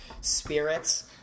spirits